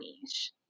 niche